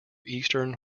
eastern